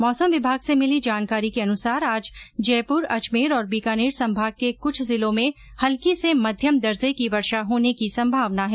मौसम विभाग से मिली जानकारी के अनुसार आज जयपुर अजमेर और बीकानेर संभाग के कुछ जिलों में हल्की से मध्यम दर्जे की वर्षा होने की संभावना है